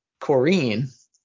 Corrine